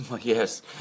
Yes